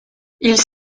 ils